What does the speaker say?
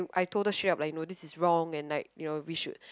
I told her straight up like you know this is wrong and like you know we should